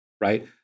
right